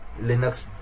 Linux